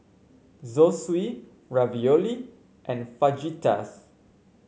Zosui Ravioli and Fajitas